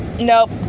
Nope